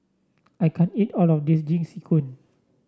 I can't eat all of this Jingisukan